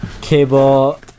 cable